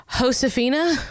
Josefina